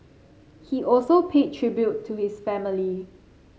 he also paid tribute to his family